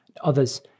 others